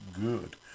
good